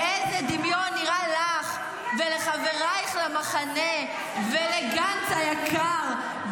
באיזה דמיון נראה לך ולחברייך למחנה ולגנץ היקר,